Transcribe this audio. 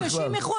דוד,